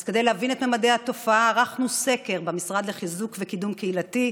אז כדי להבין את ממדי התופעה ערכנו סקר במשרד לחיזוק ולקידום קהילתי,